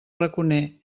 raconer